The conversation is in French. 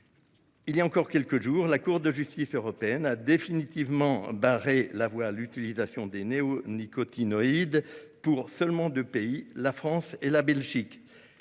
Il y a encore quelques jours, la Cour de justice de l'Union européenne a définitivement barré la voie à l'utilisation de néonicotinoïdes, pour seulement deux pays, la France et la Belgique.